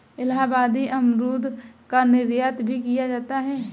इलाहाबादी अमरूद का निर्यात भी किया जाता है